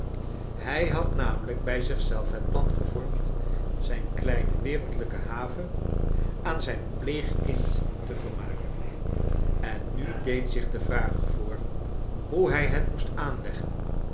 hij had namelijk bij zich zetf het plan gevormd zijn kleine wereldlijke have aan zijn pleegkind te vermaken en nu deed zich de vraag voor hoe hij het moest aanleggen